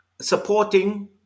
supporting